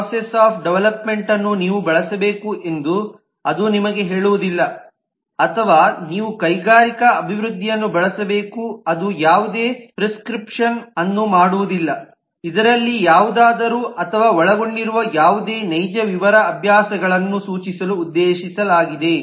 process of development ನ್ನು ನೀವು ಬಳಸಬೇಕು ಎಂದು ಅದು ನಿಮಗೆ ಹೇಳುವುದಿಲ್ಲ ಅಥವಾ ನೀವು ಕೈಗಾರಿಕಾ ಅಭಿವೃದ್ಧಿಯನ್ನು ಬಳಸಬೇಕು ಅದು ಯಾವುದೇ ಪ್ರಿಸ್ಕ್ರಿಪ್ಷನ್ ಅನ್ನು ಮಾಡುವುದಿಲ್ಲ ಇದರಲ್ಲಿ ಯಾವುದಾದರೂ ಅಥವಾ ಒಳಗೊಂಡಿರುವ ಯಾವುದೇ ನೈಜ ವಿವರ ಅಭ್ಯಾಸಗಳನ್ನು ಸೂಚಿಸಲು ಉದ್ದೇಶಿಸಲಾಗಿದೆ